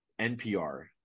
NPR